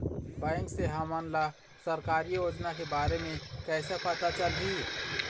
Bank से हमन ला सरकारी योजना के बारे मे कैसे पता चलही?